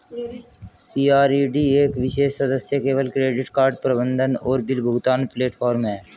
CRED एक विशेष सदस्य केवल क्रेडिट कार्ड प्रबंधन और बिल भुगतान प्लेटफ़ॉर्म है